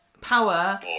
power